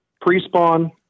pre-spawn